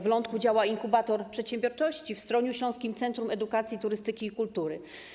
W Lądku działa inkubator przedsiębiorczości, w Stroniu Śląskim - centrum edukacji, turystyki i kultury.